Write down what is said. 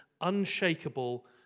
unshakable